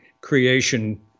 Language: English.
creation